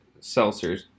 seltzers